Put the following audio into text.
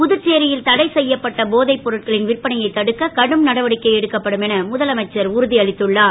புதுச்சேரியில் தடைசெய்யப்பட்ட போதைப் பொருட்களின் விற்பனையை தடுக்க கடும் நடவடிக்கை எடுக்கப்படும் என முதலமைச்சர் உறுதியளித்துள்ளார்